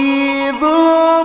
evil